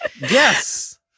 Yes